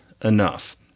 enough